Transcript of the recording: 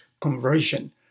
conversion